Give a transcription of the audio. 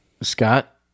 Scott